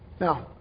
Now